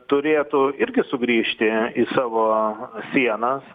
turėtų irgi sugrįžti į savo sienas